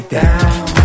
down